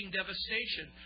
devastation